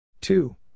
two